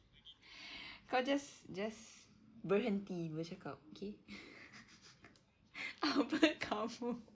kau just just berhenti bercakap okay apa kamu